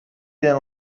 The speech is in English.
then